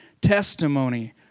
testimony